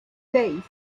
seis